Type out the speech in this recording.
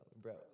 bro